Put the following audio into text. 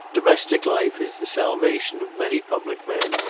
domestic life is the salvation of many public men,